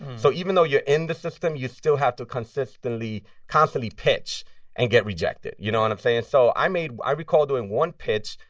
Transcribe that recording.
so even though you're in the system, you still have to consistently constantly pitch and get rejected. you know what and i'm saying? so i made i recall doing one pitch,